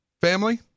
family